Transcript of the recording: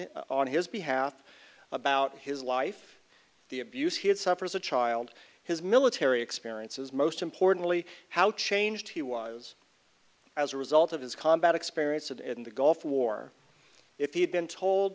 on his behalf about his life the abuse he had suffered as a child his military experiences most importantly how changed he was as a result of his combat experience and in the gulf war if he had been told